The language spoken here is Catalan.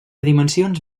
dimensions